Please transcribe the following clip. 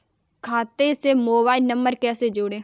खाते से mobile number कैसे जोड़ें?